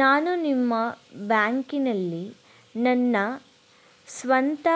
ನಾನು ನಿಮ್ಮ ಬ್ಯಾಂಕಿನಲ್ಲಿ ನನ್ನ ಸ್ವಂತ